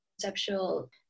conceptual